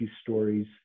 stories